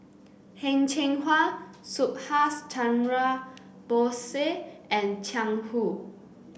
Heng Cheng Hwa Subhas Chandra Bose and Jiang Hu